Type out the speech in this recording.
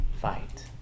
fight